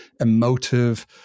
emotive